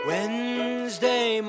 Wednesday